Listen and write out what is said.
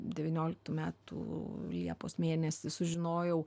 devynioliktų metų liepos mėnesį sužinojau